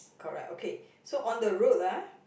correct okay so on the route ah